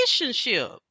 relationship